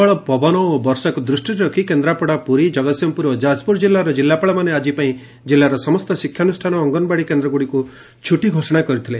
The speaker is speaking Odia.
ପ୍ରବଳ ପବନ ଓ ବର୍ଷାକୁ ଦୂଷ୍ଟିରେ ରଖି କେନ୍ଦ୍ରାପଡ଼ା ପୁରୀ ଜଗତ୍ସିଂହପୁର ଓ ଯାଜପୁର ଜିଲ୍ଲାର ଜିଲ୍ଲାପାଳମାନେ ଆଜି ପାଇଁ ଜିଲ୍ଲାର ସମସ୍ତ ଶିକ୍ଷାନୁଷାନ ଓ ଅଙ୍ଗନଓ୍ୱାଡ଼ି କେନ୍ଦରଗୁଡ଼ିକୁ ଛୁଟି ଘୋଷଣା କରିଥିଲେ